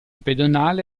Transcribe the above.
pedonale